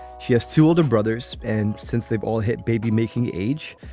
she has two older brothers, and since they've all hit baby making age,